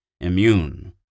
immune